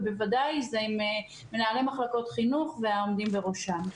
ובוודאי עם מנהלי מחלקות חינוך והעומדים בראשן.